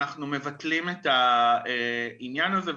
אנחנו מבטלים את העניין הזה.